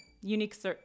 unique